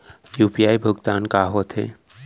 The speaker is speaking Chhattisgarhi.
यू.पी.आई भुगतान का होथे?